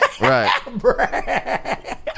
Right